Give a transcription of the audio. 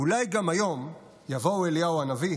אולי גם היום יבוא אליהו הנביא